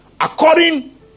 according